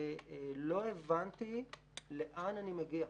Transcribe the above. ולא הבנתי לאן אני מגיע.